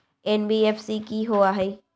NBFC कि होअ हई?